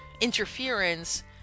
interference